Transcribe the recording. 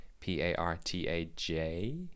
P-A-R-T-A-J